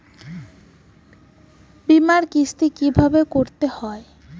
বিমার কিস্তি কিভাবে করতে হয়?